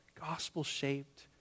gospel-shaped